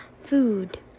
Food